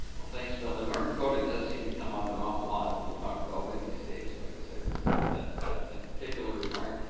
well, thanks, phil. and north dakota does seem to come up an awful lot when they talk about windy states, so i guess i resemble that that particular remark.